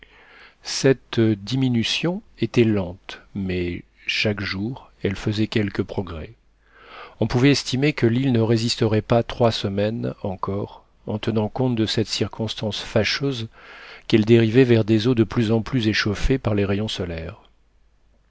cette diminution était lente mais chaque jour elle faisait quelques progrès on pouvait estimer que l'île ne résisterait pas trois semaines encore en tenant compte de cette circonstance fâcheuse qu'elle dérivait vers des eaux de plus en plus échauffées par les rayons solaires